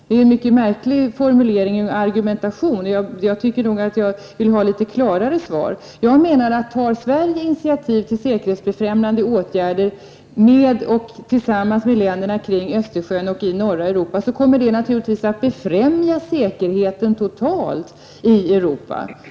Det är en mycket märklig formulering och argumentation. Jag tycker nog att jag vill ha litet klarare svar. Tar Sverige initiativ till säkerhetsbefrämjande åtgärder tillsammans med länderna kring Östersjön och i norra Europa, kommer det naturligtvis att befrämja säkerheten totalt i Europa.